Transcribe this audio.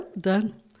done